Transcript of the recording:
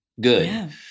good